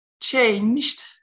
changed